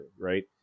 right